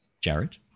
Jared